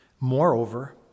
Moreover